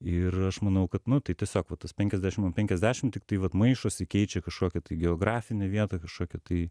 ir aš manau kad nu tai tiesiog va tas penkiasdešim an penkiasdešim tiktai vat maišosi keičia kažkokią tai geografinę vietą kažkokią tai